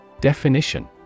Definition